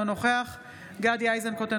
אינו נוכח גדי איזנקוט,